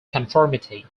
conformity